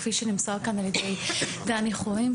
כפי שנמסר כאן על ידי דני חורין.